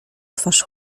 twarz